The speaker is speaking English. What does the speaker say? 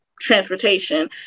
transportation